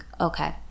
okay